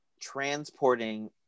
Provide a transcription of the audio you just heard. transporting